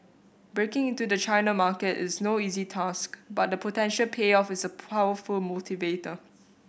breaking into the China market is no easy task but the potential payoff is a powerful motivator